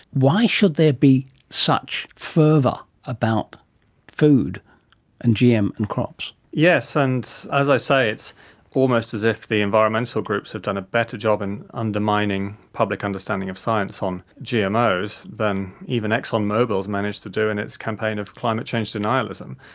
why should there be such fervour about food and gm and crops? yes, and as i say, it's almost as if the environmental groups have done a better job in undermining public understanding of science on gmos than even exxon mobil has managed to do in its campaign of climate change denialism.